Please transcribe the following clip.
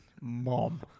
Mom